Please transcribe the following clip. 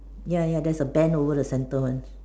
ya ya there's a band over the center one